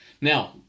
Now